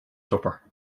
supper